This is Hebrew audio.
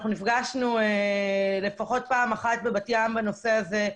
אנחנו נפגשנו לפחות פעם אחת בנושא הזה.